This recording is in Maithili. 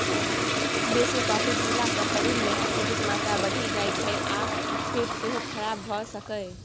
बेसी कॉफी पीला सँ शरीर मे एसिडक मात्रा बढ़ि जाइ छै आ पेट सेहो खराब भ सकैए